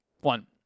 One